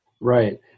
Right